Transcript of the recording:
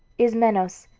ismenos,